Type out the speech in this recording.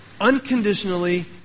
unconditionally